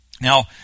Now